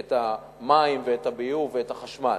את המים ואת הביוב ואת החשמל.